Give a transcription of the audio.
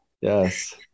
Yes